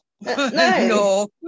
No